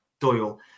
doyle